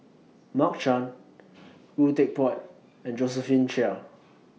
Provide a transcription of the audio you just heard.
Mark Chan Khoo Teck Puat and Josephine Chia